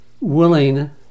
willing